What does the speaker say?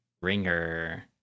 Ringer